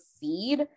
feed